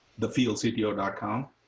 thefieldcto.com